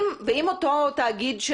אם אותו תאגיד,